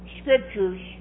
scriptures